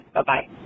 Bye-bye